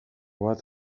bat